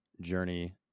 journey